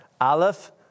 Aleph